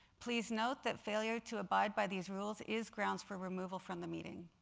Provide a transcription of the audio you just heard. please note that failure to abide by these rules is grounds for removal from the meeting.